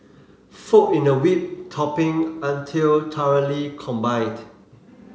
fold in the whipped topping until thoroughly combined